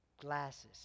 glasses